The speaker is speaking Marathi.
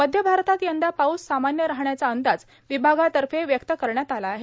मध्य भारतात यंदा पाऊस सामान्य राहण्याचा अंदाज विभागातर्फे व्यक्त करण्यात आला आहे